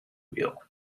wheel